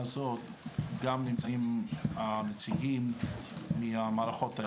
הזאת גם נמצאים נציגים מכל המערכות האלה.